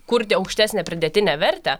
kurti aukštesnę pridėtinę vertę